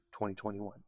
2021